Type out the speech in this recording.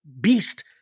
beast